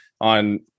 on